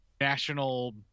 national